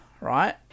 right